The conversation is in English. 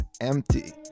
empty